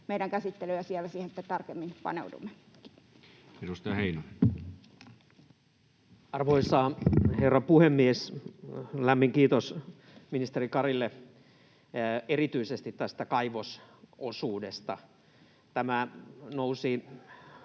paneudumme. — Kiitos. Edustaja Heinonen. Arvoisa herra puhemies! Lämmin kiitos ministeri Karille erityisesti tästä kaivososuudesta. Tämä nousi